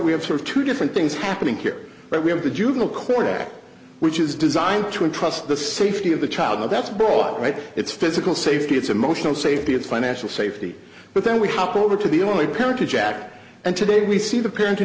we have sort of two different things happening here but we have the juvenile court act which is designed to entrust the safety of the child that's brought right it's physical safety it's emotional safety it's financial safety but then we hop over to the only parent to jack and today we see the parent